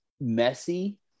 messy